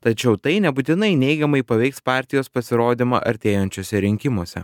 tačiau tai nebūtinai neigiamai paveiks partijos pasirodymą artėjančiuose rinkimuose